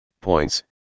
points